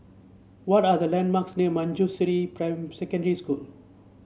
what are the landmarks near Manjusri Secondary School